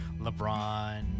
LeBron